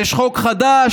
יש חוק חדש,